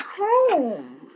home